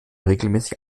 regelmäßig